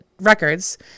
records